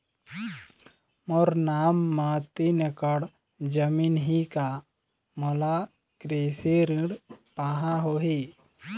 मोर नाम म तीन एकड़ जमीन ही का मोला कृषि ऋण पाहां होही?